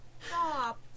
Stop